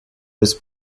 was